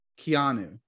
keanu